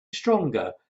stronger